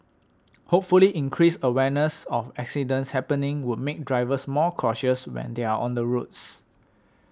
hopefully increased awareness of accidents happening would make drivers more cautious when they are on the roads